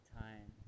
time